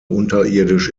unterirdisch